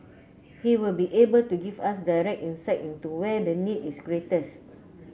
he will be able to give us direct insight into where the need is greatest